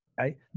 Okay